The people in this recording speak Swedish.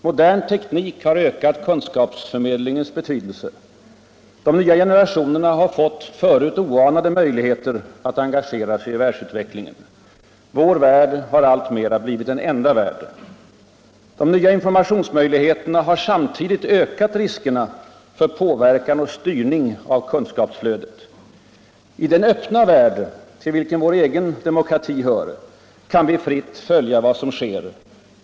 Modern teknik har ökat kunskapsförmedlingens betydelse. De nya generationerna har fått förut oanade möjligheter att engagera sig i världsutvecklingen. Vår värld har alltmera blivit en enda värld. De nya informationsmöjligheterna har samtidigt ökat riskerna för påverkan och styrning av kunskapsflödet. I den öppna värld, till vilken vår egen demokrati hör, kan vi fritt följa vad som sker.